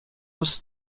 was